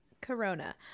corona